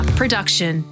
production